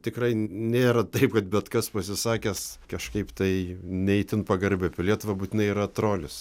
tikrai nėra taip kad bet kas pasisakęs kažkaip tai ne itin pagarbiai apie lietuvą būtinai yra trolis